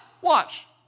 Watch